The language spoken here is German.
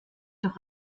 doch